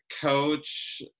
coach